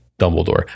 Dumbledore